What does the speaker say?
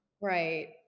Right